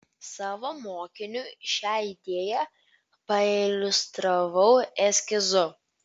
savo mokiniui šią idėją pailiustravau eskizu